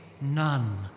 none